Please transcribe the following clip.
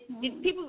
people